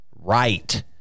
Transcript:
right